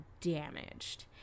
damaged